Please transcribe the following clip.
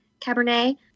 Cabernet